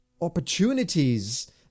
opportunities